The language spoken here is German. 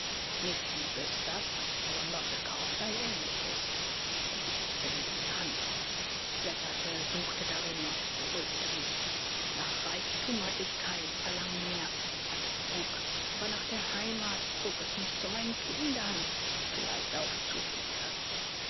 nicht dieses das habe ich in london gekauft ein ähnliches er hielt es sinnend in der hand ich blätterte suchte darin und es beruhigte mich nach reichtum hatte ich kein verlangen mehr ich hatte genug aber nach der heimat zog es mich zu meinen kindern vielleicht auch zu dir